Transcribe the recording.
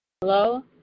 Hello